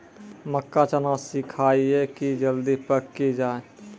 मक्का चना सिखाइए कि जल्दी पक की जय?